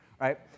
right